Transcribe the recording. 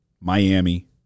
Miami